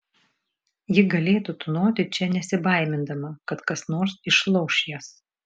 ji galėtų tūnoti čia nesibaimindama kad kas nors išlauš jas